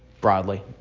broadly